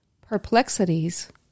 perplexities